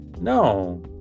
No